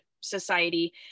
society